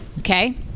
Okay